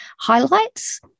highlights